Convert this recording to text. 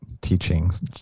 teachings